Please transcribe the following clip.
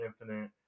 Infinite